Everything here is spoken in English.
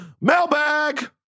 Mailbag